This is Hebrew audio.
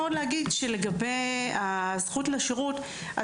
לגבי הזכות לשירות,